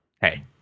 Hey